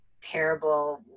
terrible